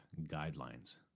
guidelines